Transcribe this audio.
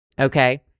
okay